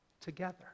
together